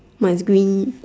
my screen